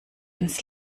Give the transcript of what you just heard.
ins